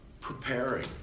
preparing